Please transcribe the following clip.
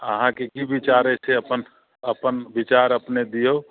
अहाँकेँ की विचार एहि से अपन अपन विचार अपने दियौ